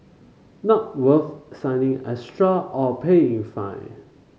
not worth signing extra or paying fine